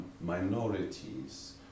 minorities